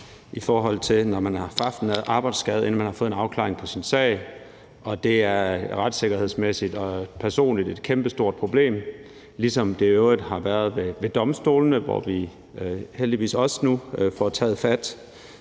for lang tid, når man har fået en arbejdsskade, inden man har fået en afklaring på sin sag, og det er retssikkerhedsmæssigt og personligt et kæmpestort problem, ligesom det i øvrigt har været ved domstolene, hvor vi heldigvis også nu får taget fat.